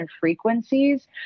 frequencies